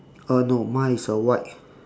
uh no mine is a white